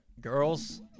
girls